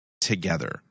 together